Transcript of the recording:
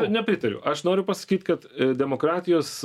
nepritariu aš noriu pasakyt kad i demokratijos